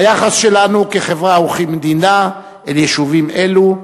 ביחס שלנו כחברה וכמדינה אל יישובים אלה,